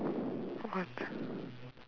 what